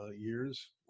years